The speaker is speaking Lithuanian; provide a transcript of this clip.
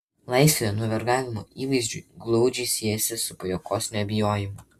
laisvė nuo vergavimo įvaizdžiui glaudžiai siejasi su pajuokos nebijojimu